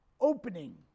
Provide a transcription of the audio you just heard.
opening